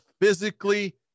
physically